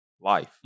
life